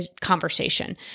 conversation